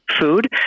food